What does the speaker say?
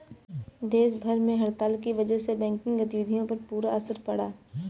देश भर में हड़ताल की वजह से बैंकिंग गतिविधियों पर बुरा असर पड़ा है